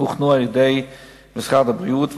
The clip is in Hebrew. הוכנו על-ידי משרד הבריאות,